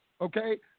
okay